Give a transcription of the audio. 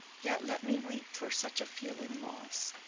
yet let me weep for such a feeling loss.